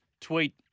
tweet